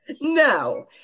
No